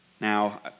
Now